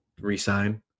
resign